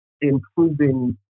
improving